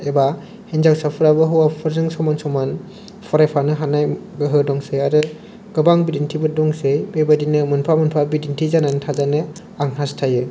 एबा हिनजावसाफोराबो हौवाफोरजों समान समान फरायफानो हानाय गोहो दंसै आरो गोबां बिदिन्थिफोर दंसै बेबादिनो मोनफा मोनफा बिदिन्थि जानानै थाजानो आं हास्थायो